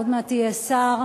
עוד מעט תהיה שר,